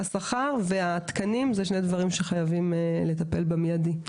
השכר והתקנים אלו שני הדברים שחייבים לטפל בהם מיידי.